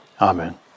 amen